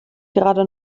gerade